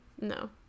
No